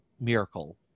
Miracle